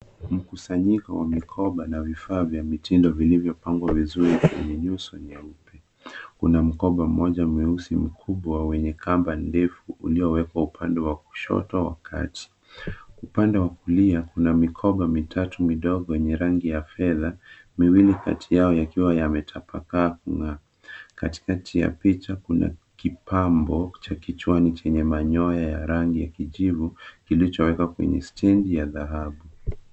Mkusanyiko wa mikoba na vifaa vya mitindo vilivyopangwa vizuri kwenye nyuso nyeupe. Kuna mkoba mmoja mweusi mkubwa wenye kamba ndefu uliowekwa upande wa kushoto wa kachi . Upande wa kulia kuna mikoba mitatu midogo wenye rangi ya fedha, miwili kati yao yakiwa yametapakaa mng'aa . Katikati ya picha kuna kipambo cha kichwani chenye manyoya ya rangi ya kijivu kilichowekwa kwenye stendi ya dhahabu.